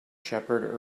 shepherd